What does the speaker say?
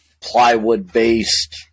plywood-based